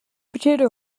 potato